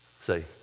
Say